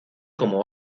como